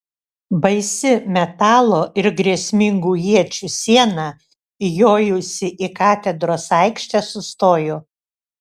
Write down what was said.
baisi metalo ir grėsmingų iečių siena įjojusi į katedros aikštę sustojo